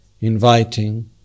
inviting